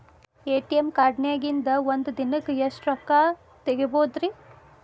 ATM ಕಾರ್ಡ್ನ್ಯಾಗಿನ್ದ್ ಒಂದ್ ದಿನಕ್ಕ್ ಎಷ್ಟ ರೊಕ್ಕಾ ತೆಗಸ್ಬೋದ್ರಿ?